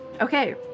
Okay